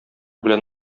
белән